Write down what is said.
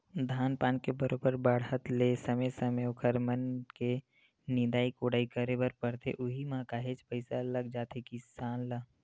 धान पान के बरोबर बाड़हत ले समे समे ओखर बन के निंदई कोड़ई करे बर परथे उहीं म काहेच पइसा लग जाथे किसान ल